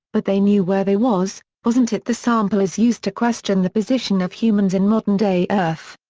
but they knew where they was, wasn't it the sample is used to question the position of humans in modern day earth.